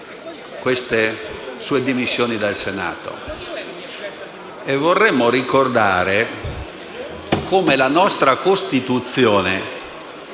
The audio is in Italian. le sue dimissioni dal Senato. Vorremmo ricordare come la nostra Costituzione